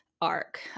arc